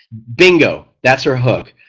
bingo that's her hook.